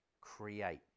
create